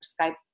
Skype